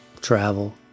travel